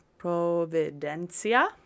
Providencia